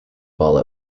ball